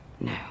No